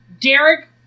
Derek